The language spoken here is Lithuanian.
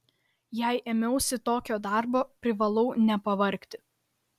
jei ėmiausi tokio darbo privalau nepavargti